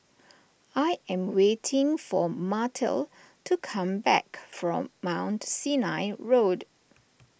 I am waiting for Martell to come back from Mount Sinai Road